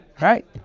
Right